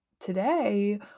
today